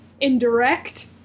indirect